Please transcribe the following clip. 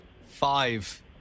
Five